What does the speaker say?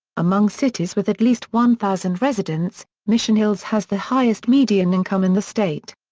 among cities with at least one thousand residents, mission hills has the highest median income in the state.